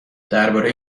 درباره